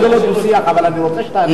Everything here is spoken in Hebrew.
אני יודע שזה לא דו-שיח אבל אני רוצה שתענה לי,